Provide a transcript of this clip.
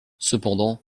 cependant